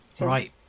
Right